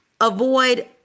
Avoid